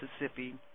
Mississippi